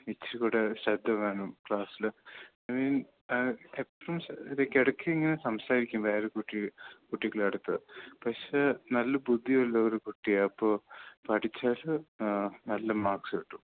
ഇച്ചിരികൂടെ ശ്രദ്ധവേണം ക്ലാസ്ല് I mean എപ്പോഴും ഇടയ്ക്കിടയ്ക്കിങ്ങനെ സംസാരിക്കും വേറെ കുട്ടി കുട്ടികളെ അടുത്ത് പഷേ നല്ല ബുദ്ധിയുള്ളൊരു കുട്ടിയാ അപ്പോൾ പഠിച്ചാൽ നല്ല മാർക്സ്സ് കിട്ടും